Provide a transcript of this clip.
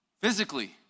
physically